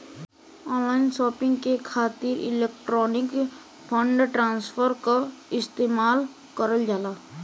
online shopping के खातिर electronic fund transfer क इस्तेमाल करल जाला